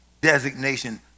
designation